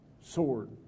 sword